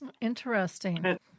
Interesting